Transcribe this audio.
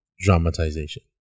dramatization